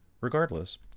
Regardless